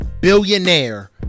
billionaire